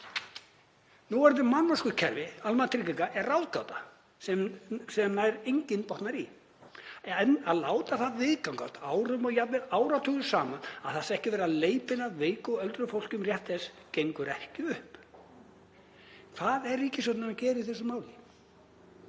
Núverandi mannvonskukerfi almannatrygginga er ráðgáta sem nær enginn botnar í, en að láta það viðgangast árum og jafnvel áratugum saman að það sé ekki verið að leiðbeina veiku og öldruðu fólki um rétt þess gengur ekki upp. Hvað er ríkisstjórnin að gera í þessu máli?